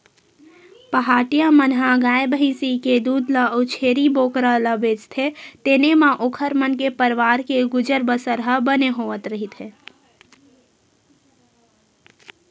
पहाटिया मन ह गाय भइसी के दूद ल अउ छेरी बोकरा ल बेचथे तेने म ओखर मन के परवार के गुजर बसर ह बने होवत रहिथे